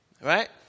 Right